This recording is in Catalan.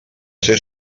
ser